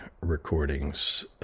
recordings